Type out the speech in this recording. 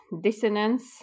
dissonance